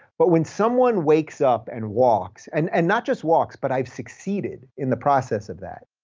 but when someone wakes up and walks, and and not just walks, but i've succeeded in the process of that,